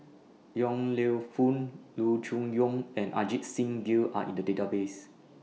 Yong Lew Foong Loo Choon Yong and Ajit Singh Gill Are in The Database